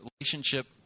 relationship